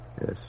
Yes